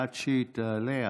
עד שהיא תעלה,